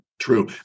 true